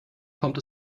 kommt